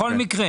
בכל מקרה.